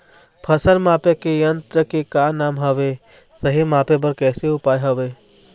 फसल मापे के यन्त्र के का नाम हवे, सही मापे बार कैसे उपाय हवे?